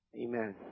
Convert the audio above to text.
Amen